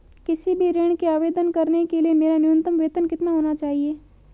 किसी भी ऋण के आवेदन करने के लिए मेरा न्यूनतम वेतन कितना होना चाहिए?